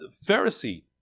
Pharisee